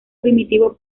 primitivo